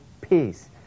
peace